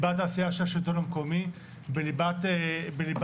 בליבת העשייה של השלטון המקומי, בליבת חיינו.